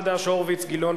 גלעד, גלעד,